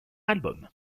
album